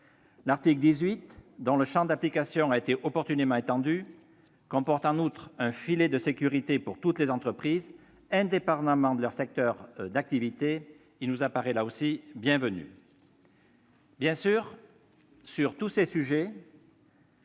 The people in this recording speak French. L'article 18, dont le champ d'application a été opportunément étendu, comporte en outre un filet de sécurité pour toutes les entreprises, indépendamment de leur secteur d'activité. Cela nous paraît aussi bienvenu. Bien sûr, sur tous ces sujets,